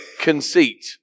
conceit